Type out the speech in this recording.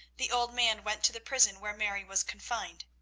the old man went to the prison where mary was confined.